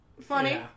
funny